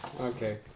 Okay